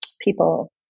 people